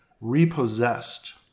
Repossessed